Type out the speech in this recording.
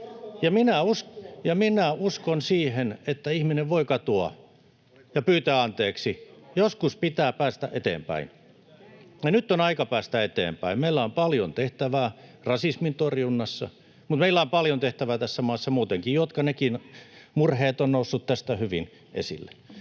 Ja minä uskon siihen, että ihminen voi katua ja pyytää anteeksi. Joskus pitää päästä eteenpäin, ja nyt on aika päästä eteenpäin. Meillä on paljon tehtävää rasismin torjunnassa, mutta meillä on paljon tehtävää tässä maassa muutenkin, ja nekin murheet ovat nousseet tässä hyvin esille.